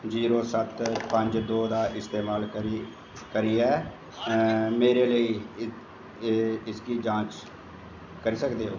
zero सत्त पंज दो दा इस्तमाल करियै मेरे लेई इसगी जांच करी सकदे ओ